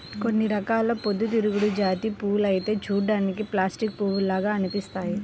కొన్ని రకాల పొద్దుతిరుగుడు జాతి పూలైతే చూడ్డానికి ప్లాస్టిక్ పూల్లాగా అనిపిత్తయ్యి